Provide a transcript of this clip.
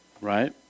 Right